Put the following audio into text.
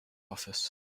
office